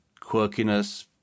quirkiness